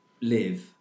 live